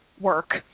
work